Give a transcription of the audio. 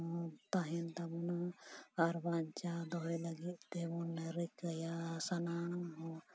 ᱛᱟᱦᱮᱱ ᱛᱟᱵᱚᱱᱟ ᱟᱨ ᱵᱟᱧᱪᱟᱣ ᱫᱚᱦᱚᱭ ᱞᱟᱹᱜᱤᱫ ᱛᱮᱵᱚᱱ ᱨᱤᱠᱟᱹᱭᱟ ᱥᱟᱱᱟᱢ